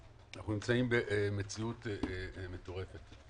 אנחנו נמצאים במציאות מטורפת,